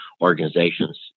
organizations